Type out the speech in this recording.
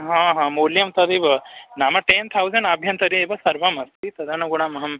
हा हा मूल्यं तदेव नाम टेन् थौसन् अभ्यन्तरे एव सर्वम् अस्ति तदनुगुणम् अहं